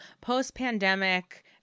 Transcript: post-pandemic